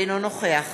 אינו נוכח